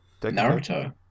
Naruto